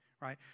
right